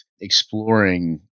exploring